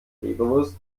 leberwurst